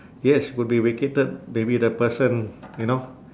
yes could be vacated maybe the person you know